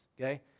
okay